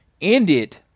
ended